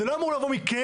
זה לא אמור לבוא מכם?